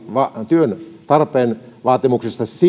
työn tarpeen vaatimuksesta